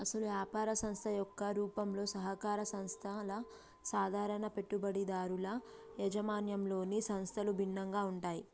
అసలు యాపార సంస్థ యొక్క రూపంగా సహకార సంస్థల సాధారణ పెట్టుబడిదారుల యాజమాన్యంలోని సంస్థలకు భిన్నంగా ఉంటాయి